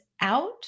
out